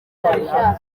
igihecom